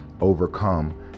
overcome